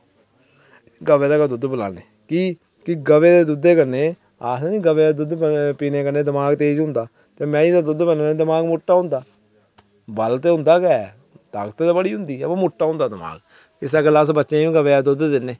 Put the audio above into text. ते गवै दा गै दुद्ध पिलाने की गवै दे दुद्ध कन्नै गै आक्खदे न कि गवै दे दुद्ध पीने कन्नै दमाग तेज होंदा ते मेंहीं दे दुद्धै कन्नै दमाग मुट्टा होंदा फर्क ते होंदा गै ताकत ते बड़ी होंदी पर मुट्टा होंदा दमाग ते इस गल्ला अस बच्चें गी बी गवै दा दुद्ध दिन्ने